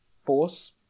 force